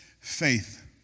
faith